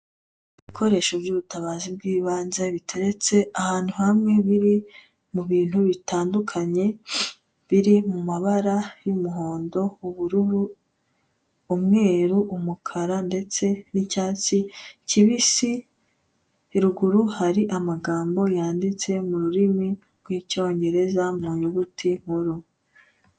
Ibikoresho by'ubutabazi bw'ibanze biteretse ahantu hamwe biri mu bintu bitandukanye, biri mu mabara y'umuhondo, ubururu, umweru, umukara ndetse n'icyatsi kibisi, ruguru hari amagambo yanditse mu rurimi rw'Icyongereza mu nyuguti nkuru.